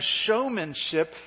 showmanship